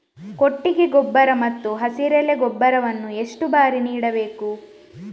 ಕೊಟ್ಟಿಗೆ ಗೊಬ್ಬರ ಮತ್ತು ಹಸಿರೆಲೆ ಗೊಬ್ಬರವನ್ನು ಎಷ್ಟು ಬಾರಿ ನೀಡಬೇಕು?